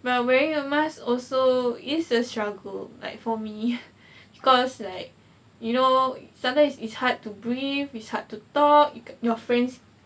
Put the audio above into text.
while wearing a mask also is a struggle like for me cause like you know sometimes it's hard to breathe it's hard to talk with your friends